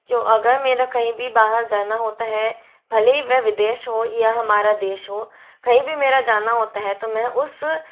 जो अगर मेरा कहीं भी बाहर जाना होता है भले ही वह विदेश हो या हमारा देश हो कहीं भी मेरा जाना होता है तो मैं उस